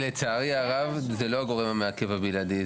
לצערי הרב, זה לא הגורם המעכב הבלעדי.